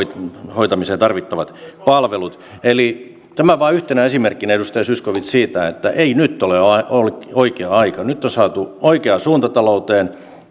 hoitamiseen tarvittavat palvelut kuten koulutuksen eli tämä vain yhtenä esimerkkinä edustaja zyskowicz siitä että ei nyt ole ole oikea aika nyt on saatu oikea suunta talouteen